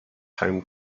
home